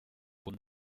punt